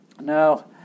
Now